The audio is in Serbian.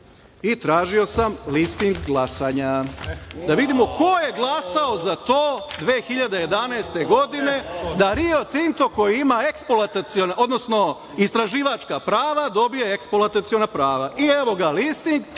i tražio sam listing glasanja, da vidimo ko je glasao za to 2011. godine da Rio Tinto koji ima istraživačka prava, dobije eksploataciona prava. I evo ga listing,